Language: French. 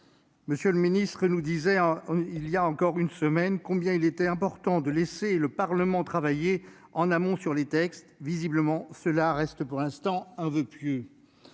M. le ministre nous disait il y a encore une semaine combien il était important de laisser le Parlement travailler en amont sur les textes. Visiblement, cela reste pour l'instant un voeu pieux